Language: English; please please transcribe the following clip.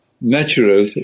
natural